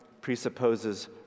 presupposes